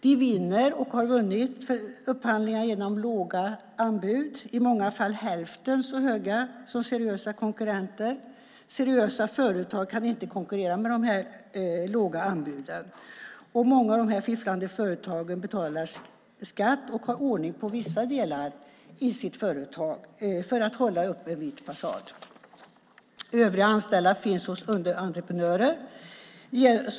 De vinner, och har vunnit, upphandlingar genom låga anbud. I många fall har de varit hälften så höga som seriösa konkurrenters. Seriösa företag kan inte konkurrera med de här låga anbuden. Många av de här fifflande företagen betalar skatt och har ordning på vissa delar av sitt företag för att hålla uppe en vit fasad. Övriga anställda finns hos underentreprenörer.